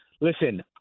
Listen